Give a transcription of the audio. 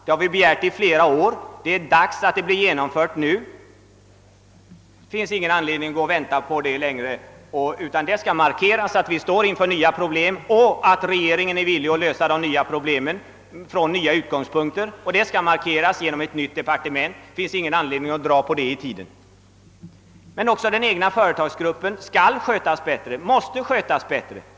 Det har vi begärt i flera år, och det är dags att vi nu får ett sådant departement — det finns ingen anledning att vänta på det längre. Det skall markera att vi står inför nya problem och att regeringen är villig att lösa dem från nya utgångspunkter. Men också den egna företagsgruppen måste skötas bättre.